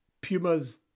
Puma's